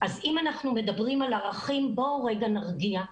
אז אם אנחנו מדברים על ערכים, בואו רגע נרגיע,